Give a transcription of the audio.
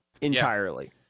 entirely